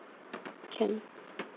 can